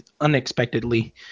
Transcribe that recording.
unexpectedly